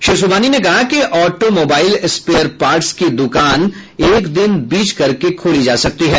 श्री सुबहानी ने कहा कि ऑटो मोबाईल्स स्पेयर पार्टस की दुकान एक दिन बीच करके खोली जा सकती हैं